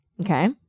Okay